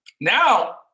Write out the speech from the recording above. Now